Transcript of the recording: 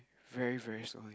very very slowly